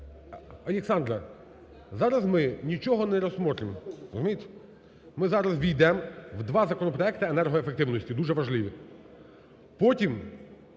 Олександра, зараз ми нічого не розглянемо, розумієте. Ми зараз увійдемо в два законопроекти енергоефективності, дуже важливі. Потім